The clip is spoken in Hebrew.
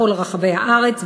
בכל רחבי הארץ,